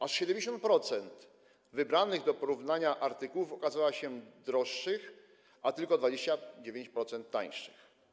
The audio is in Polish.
Aż 70% wybranych do porównania artykułów okazywało się droższych, a tylko 29% - tańszych.